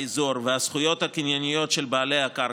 האזור לזכויות הקנייניות של בעלי הקרקע,